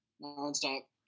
Non-stop